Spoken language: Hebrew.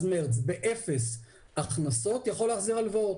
מארס באפס הכנסות יכול להחזיר הלוואות.